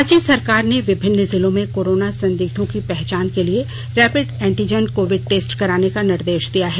राज्य सरकार ने विभिन्न जिलों में कोरोना संदिग्धों की पहचान के लिए रैपिड एंटीजन कोविड टेस्ट कराने का निर्देश दिया है